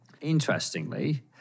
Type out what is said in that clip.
Interestingly